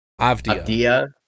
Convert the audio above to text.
Avdia